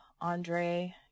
Andre